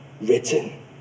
written